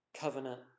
covenant